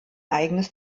eigenes